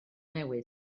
newydd